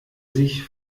sich